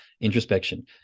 Introspection